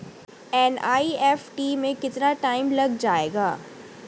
NEFT में कितना time लग जाएगा?